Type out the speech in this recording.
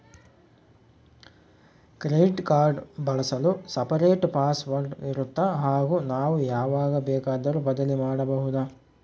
Credit card ಬಳಸಲು separate password ಇರುತ್ತಾ ಹಾಗೂ ನಾವು ಯಾವಾಗ ಬೇಕಾದರೂ ಬದಲಿ ಮಾಡಬಹುದಾ?